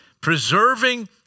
preserving